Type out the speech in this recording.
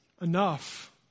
enough